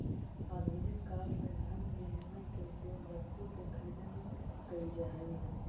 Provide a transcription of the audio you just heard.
आधुनिक काल में धन विनिमय के उपयोग वस्तु के खरीदे में कईल जा हई